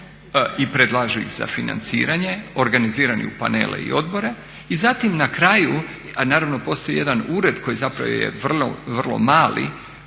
i predlažu ih za financiranje, organizirani u panele i odbore i zatim na kraju a naravno postoji i jedan ured koji zapravo je vrlo,